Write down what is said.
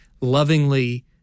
lovingly